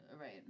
Right